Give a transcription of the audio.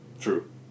True